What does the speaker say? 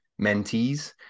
mentees